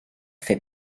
fait